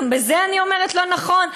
גם בזה אני אומרת לא נכון?